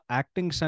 acting